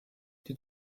die